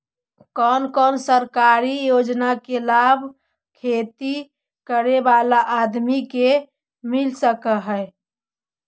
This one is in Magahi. कोन कोन सरकारी योजना के लाभ खेती करे बाला आदमी के मिल सके हे?